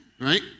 right